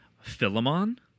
Philemon